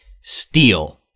Steal